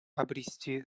обрести